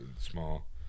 small